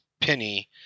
Penny